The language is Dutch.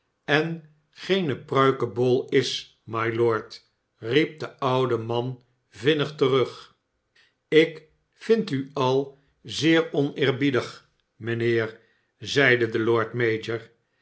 en geene pruikebol is mylord riep de oude man vinnig terug ik vind vu al zeer oneerbiedig mijnheer zeide de lord mayor